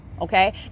Okay